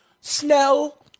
Snell